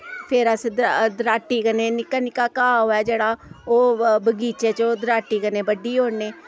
फिर अस दराटी कन्नै निक्का निक्का घाऽ होऐ जेह्ड़ा ओह् बगीचे च ओह् दराटी कन्नै बड्ढी ओड़ने